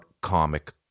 comic